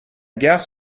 gare